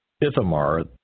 Ithamar